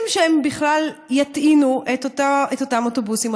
שהם בכלל יטעינו את אותם אוטובוסים.